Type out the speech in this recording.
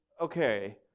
okay